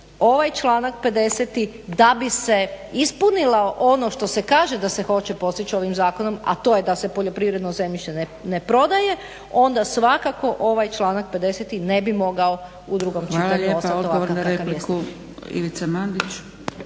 ovaj članak 50. da bi se ispunilo ono što se kaže da se hoće postići ovim zakonom, a to je da se poljoprivredno zemljište ne prodaje, onda svakako ovaj članak 50. ne bi mogao u drugom čitanju ostati ovakav kakav jest.